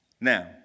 Now